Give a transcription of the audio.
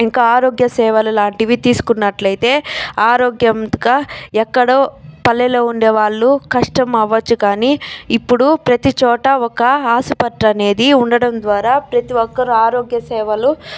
ఇంకా ఆరోగ్య సేవలు లాంటివి తీసుకున్నట్లయితే ఆరోగ్యంగా ఎక్కడో పల్లెలో ఉండేవాళ్ళు కష్టం అవ్వచ్చు గాని ఇప్పుడు ప్రతి చోట ఒక ఆసుపత్రి అనేది ఉండడం ద్వారా ప్రతి ఒక్కరు ఆరోగ్య సేవలు